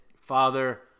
father